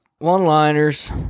One-liners